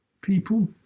people